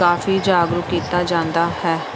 ਕਾਫ਼ੀ ਜਾਗਰੂਕ ਕੀਤਾ ਜਾਂਦਾ ਹੈ